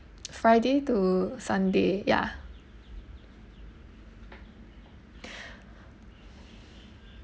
friday to sunday ya